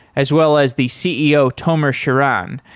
as well as the ceo tomer shiran.